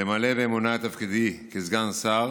למלא באמונה את תפקידי כסגן שר